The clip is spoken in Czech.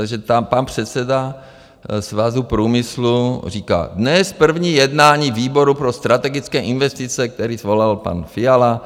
Takže tam pan předseda Svazu průmyslu říká Dnes první jednání výboru pro strategické investice, který svolal pan Fiala.